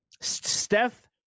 Steph